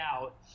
out